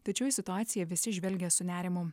tačiau į situaciją visi žvelgia su nerimu